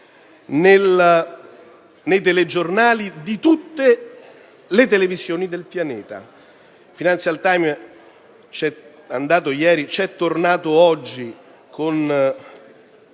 nei telegiornali di tutte le televisioni del pianeta: